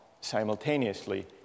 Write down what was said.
simultaneously